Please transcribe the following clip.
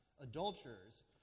adulterers